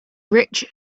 rich